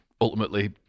ultimately